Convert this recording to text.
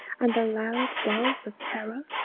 and a loud buzz of terror?